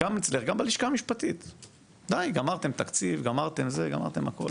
גם בלשכה המשפטית, די, גמרתם תקציב, גמרתם הכל.